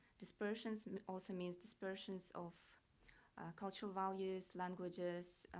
dispersions and also means dispersions of cultural values, languages,